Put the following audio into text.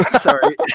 Sorry